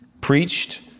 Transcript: preached